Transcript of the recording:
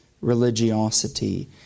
religiosity